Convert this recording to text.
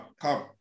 come